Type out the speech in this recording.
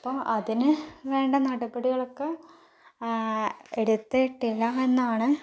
അപ്പോൾ അതിനു വേണ്ട നടപടികളൊക്കെ എടുത്തിട്ടില്ല എന്നാണ്